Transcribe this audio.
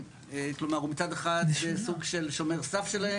כלומר הוא מצד אחד סוג של שומר סף שלהם,